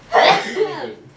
I think one K